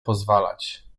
pozwalać